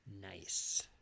Nice